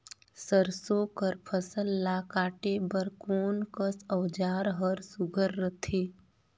सरसो कर फसल ला काटे बर कोन कस औजार हर सुघ्घर रथे?